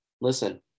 listen